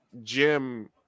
Jim